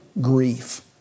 grief